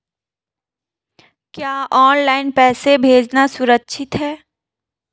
क्या ऑनलाइन पैसे भेजना सुरक्षित है?